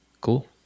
cool